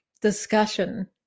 discussion